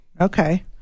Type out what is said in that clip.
okay